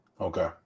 Okay